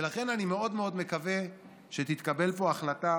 ולכן אני מאוד מאוד מקווה שתתקבל פה החלטה